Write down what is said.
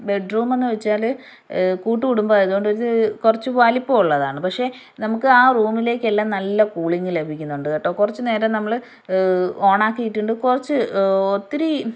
bed റുമെന്നു വെച്ചാൽ കൂട്ടുകുടുംബം ആയതു കൊണ്ട് ഒരു കുറച്ചു വലിപ്പമുള്ളതാണ് പക്ഷെ നമുക്ക് ആ റൂമിലേക്കെല്ലാം നല്ല കൂളിംങ്ങ് ലഭിക്കുന്നുണ്ട് കേട്ടോ കുറച്ചു നേരം നമ്മൾ ഓൺ ആക്കി ഇട്ടു കൊണ്ടു കുറച്ച് ഒത്തിരി